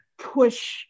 push